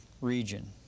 region